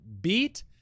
beat